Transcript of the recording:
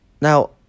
Now